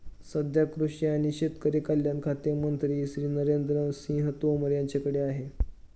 सध्या कृषी आणि शेतकरी कल्याण खाते मंत्री श्री नरेंद्र सिंह तोमर यांच्याकडे आहे